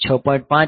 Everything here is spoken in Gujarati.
5 5